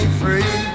free